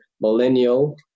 millennial